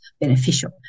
beneficial